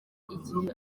igihe